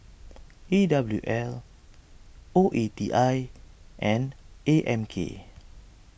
E W L O E T I and A M K